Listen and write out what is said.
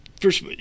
first